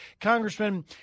Congressman